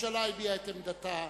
הממשלה הביעה את עמדתה